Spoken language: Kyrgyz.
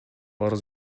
арыз